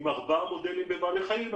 עם ארבעה מודלים בבעלי חיים.